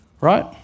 Right